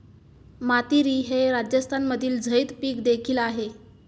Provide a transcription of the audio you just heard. मातीरी हे राजस्थानमधील झैद पीक देखील आहे